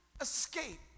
escape